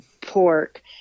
pork